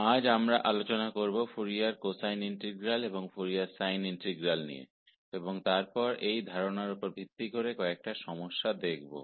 तो आज हम चर्चा करेंगे कि फोरियर कोसाइन इंटीग्रल्स और फोरियर साइन इंटीग्रल्स क्या हैं और फिर इन अवधारणाओं पर आधारित कुछ सवालों को हल करेंगे